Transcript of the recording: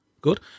Good